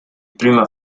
prima